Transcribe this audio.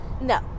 No